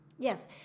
Yes